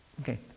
Okay